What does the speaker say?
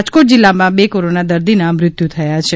રાજકોટ જિલ્લા માં બે કોરોના દર્દી ના મૃત્યુ થયા છે